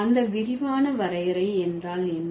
அந்த விரிவான வரையறை என்றால் என்ன